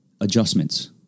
adjustments